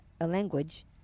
language